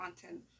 content